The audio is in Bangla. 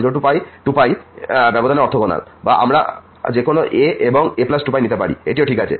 সুতরাং এটি π π বা 02π ব্যবধান এ অরথগোনাল বা আমরা যেকোনো সংখ্যা a এবং a2π নিতে পারি এটিও ঠিক আছে